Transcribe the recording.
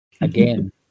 Again